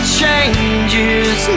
changes